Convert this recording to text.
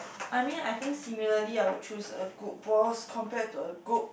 I mean I think similarly I would choose a good boss compare to a good